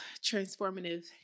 transformative